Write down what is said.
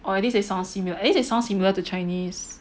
or at least they sound similar at least they sound similar to Chinese